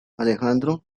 alejandro